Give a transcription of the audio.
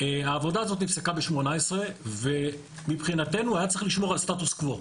העבודה הזאת נפסקה ב-2018 ומבחינתנו היה צריך לשמור על סטטוס קוו.